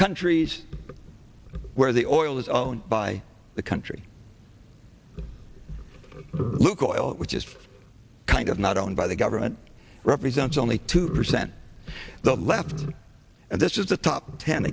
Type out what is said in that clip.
countries where the oil is owned by the country lukoil which is kind of not owned by the government represents only two percent of the left and this is the top ten